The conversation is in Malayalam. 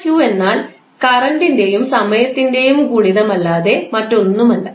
Δ𝑞 എന്നാൽ കറൻറിൻറെയും സമയത്തിൻറെയും ഗുണിതം അല്ലാതെ മറ്റൊന്നുമല്ല